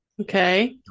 Okay